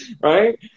right